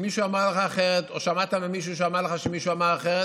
אם מישהו אמר לך אחרת או שמעת ממישהו שאמר לך שמישהו אמר אחרת,